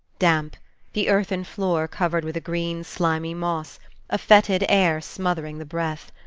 damp the earthen floor covered with a green, slimy moss a fetid air smothering the breath.